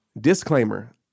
Disclaimer